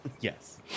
Yes